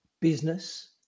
business